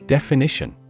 Definition